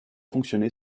fonctionner